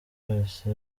wese